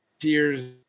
years